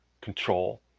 control